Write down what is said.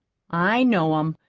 i know em.